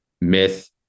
myth